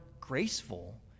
graceful